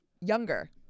Younger